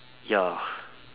ya